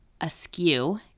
askew